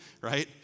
right